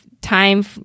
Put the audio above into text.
time